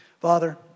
Father